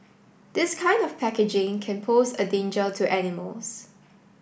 this kind of packaging can pose a danger to animals